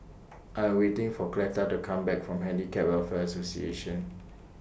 I'm waiting For Cleta to Come Back from Handicap Welfare Association